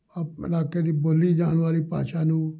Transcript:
ਆਪ ਇਲਾਕੇ ਦੀ ਬੋਲੀ ਜਾਣ ਵਾਲੀ ਭਾਸ਼ਾ ਨੂੰ